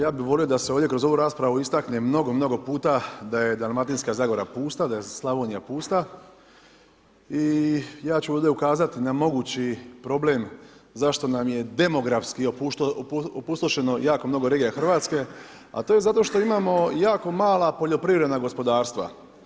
Ja bi volio da se ovdje kroz ovu raspravu, istakne, mnogo puta da je Dalmatinska zagora pusta, da je Slavonija pusta, i ja ću ovdje ukazati na mogući problem, zašto nam je demografski opustošeno jako mnogo regija Hrvatske, a to je zato što imamo jako mala poljoprivredna gospodarstva.